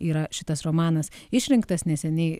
yra šitas romanas išrinktas neseniai